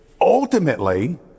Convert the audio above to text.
ultimately